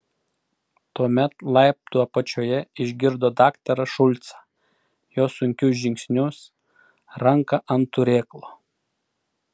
tuomet laiptų apačioje išgirdo daktarą šulcą jo sunkius žingsnius ranką ant turėklo